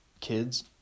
kids